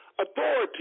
authority